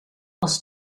aus